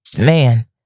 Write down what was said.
Man